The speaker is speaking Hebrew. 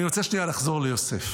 אני רוצה לחזור שנייה ליוסף.